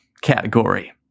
category